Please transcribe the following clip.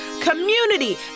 community